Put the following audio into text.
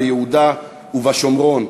ביהודה ובשומרון.